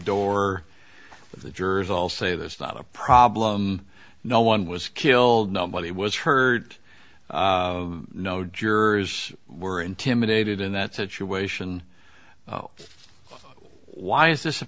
of the jurors all say that's not a problem no one was killed nobody was hurt no jurors were intimidated in that situation why is this a